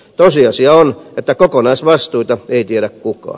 tosiasia on että kokonaisvastuita ei tiedä kukaan